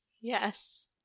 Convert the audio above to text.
yes